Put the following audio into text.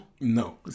No